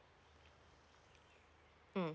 um